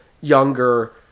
younger